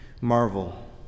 marvel